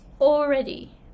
already